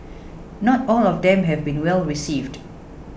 not all of them have been well received